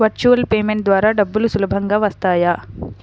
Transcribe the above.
Virtual payment ద్వారా డబ్బులు సులభంగా వస్తాయా?